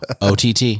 ott